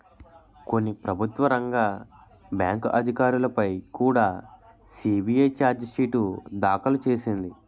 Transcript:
కొన్ని ప్రభుత్వ రంగ బ్యాంకు అధికారులపై కుడా సి.బి.ఐ చార్జి షీటు దాఖలు చేసింది